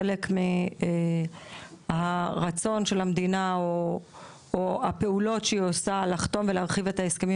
חלק מהרצון של המדינה או הפעולות שהיא עושה לחתום ולהרחיב את ההסכמים